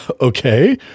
Okay